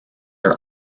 are